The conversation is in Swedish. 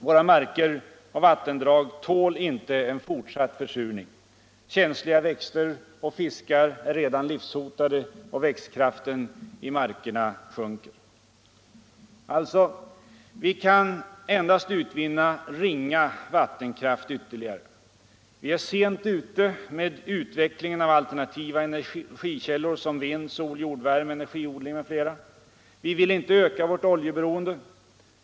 Våra marker och vattendrag tål inte en fortsatt försurning. Känsliga växter och fiskar är redan livshotade och växtkraften i markerna sjunker. Vi kan alltså endast utvinna ringa vattenkraft ytterligare. Vi är sent ute med utvecklingen av alternativa energikällor såsom vind, sol, jordvärme och energiodlingar. Vi vill inte öka vårt oljeberoende.